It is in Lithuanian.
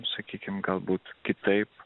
sakykime galbūt kitaip